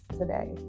today